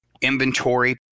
inventory